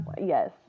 yes